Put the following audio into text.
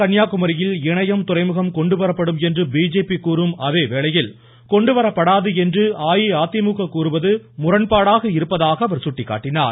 கன்னியாகுமரியில் இனையம் துறைமுகம் கொண்டு வரப்படும் என்று பிஜேபி கூறும் அதேவேளையில் கொண்டு வரப்படாது என்று அஇஅதிமுக கூறுவது முரண்பாடாக இருப்பதாக அவர் சுட்டிக்காட்டினார்